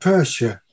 Persia